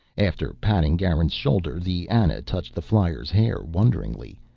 after patting garin's shoulder the ana touched the flyer's hair wonderingly,